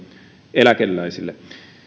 eläkeläisille